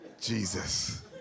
Jesus